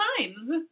times